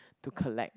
to collect